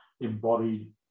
embodied